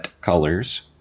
colors